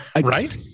right